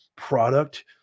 Product